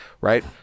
Right